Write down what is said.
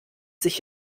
sich